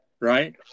Right